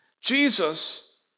Jesus